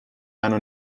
منو